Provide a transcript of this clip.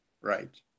right